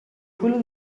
quello